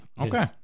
Okay